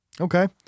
Okay